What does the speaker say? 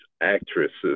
actresses